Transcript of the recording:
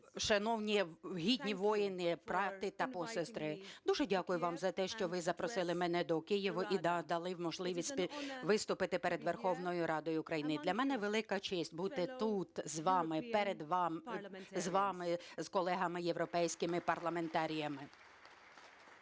шановні гідні воїни, брати та посестри! Дуже дякую вам за те, що ви запросили мене до Києва і дали можливість виступити перед Верховною Радою України. Для мене велика честь бути тут з вами, з колегами європейськими парламентарями.